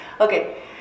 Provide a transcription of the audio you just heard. okay